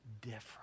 different